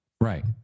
Right